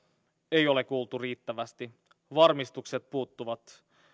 ei ole kuultu riittävästi varmistukset puuttuvat